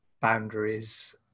boundaries